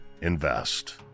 invest